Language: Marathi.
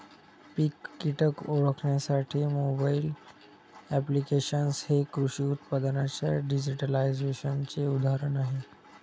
पीक कीटक ओळखण्यासाठी मोबाईल ॲप्लिकेशन्स हे कृषी उत्पादनांच्या डिजिटलायझेशनचे उदाहरण आहे